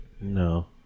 No